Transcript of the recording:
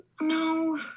No